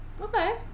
okay